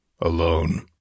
alone